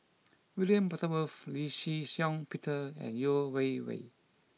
William Butterworth Lee Shih Shiong Peter and Yeo Wei Wei